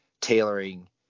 tailoring